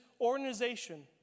organization